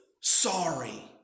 sorry